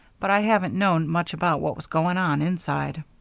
but i haven't known much about what was going on inside.